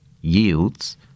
Yields